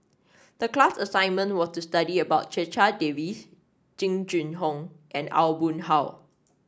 the class assignment was to study about Checha Davies Jing Jun Hong and Aw Boon Haw